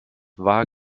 war